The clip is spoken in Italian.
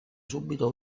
subito